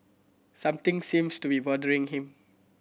something seems to be bothering him